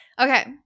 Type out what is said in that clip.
Okay